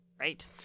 Right